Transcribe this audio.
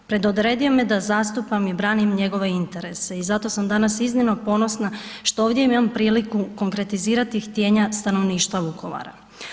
Predodredio me da zastupam i branim njegove interese i zato sam danas iznimno ponosna što ovdje imam priliku konkretizirati htjenja stanovništva Vukovara.